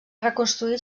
reconstruir